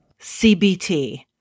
cbt